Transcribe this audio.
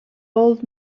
old